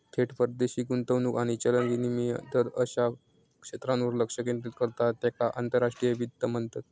थेट परदेशी गुंतवणूक आणि चलन विनिमय दर अश्या क्षेत्रांवर लक्ष केंद्रित करता त्येका आंतरराष्ट्रीय वित्त म्हणतत